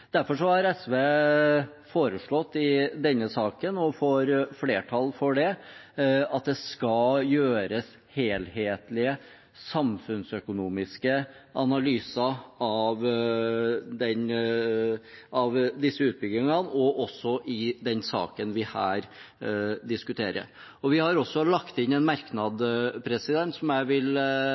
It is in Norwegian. Derfor har SV foreslått i denne saken, og får flertall for det, at det skal gjøres helhetlige, samfunnsøkonomiske analyser av disse utbyggingene, også i den saken vi her diskuterer. Vi har også lagt inn en merknad som jeg vil